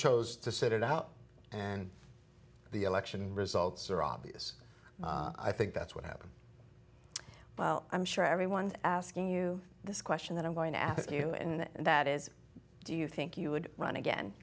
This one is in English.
chose to sit it out and the election results are obvious i think that's what happened well i'm sure everyone asking you this question that i'm going to ask you and that is do you think you would run again